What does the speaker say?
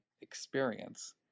experience